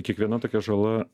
kiekviena tokia žala